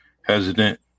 hesitant